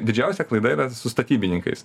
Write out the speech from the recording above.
didžiausia klaida yra su statybininkais